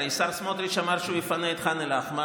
הרי השר סמוטריץ' אמר שהוא יפנה את ח'אן אל-אחמר,